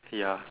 ya